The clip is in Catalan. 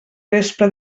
vespre